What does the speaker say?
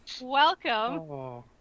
Welcome